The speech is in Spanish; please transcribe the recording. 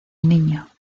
niño